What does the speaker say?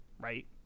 right